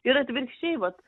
ir atvirkščiai vat